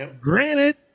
granted